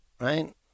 Right